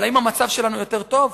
אבל האם המצב שלנו יותר טוב?